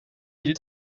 you